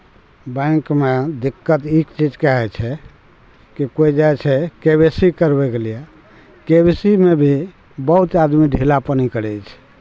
बैँकमे दिक्कत ई चीजके होइ छै कि कोइ जाए छै के वाइ सी करबैके लिए के वाइ सी मे भी बहुत आदमी ढीलापनी करै छै